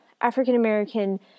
African-American